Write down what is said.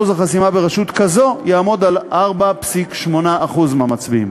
אחוז החסימה ברשות כזאת יעמוד על 4.8% מהמצביעים.